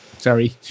Sorry